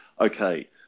Okay